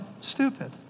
stupid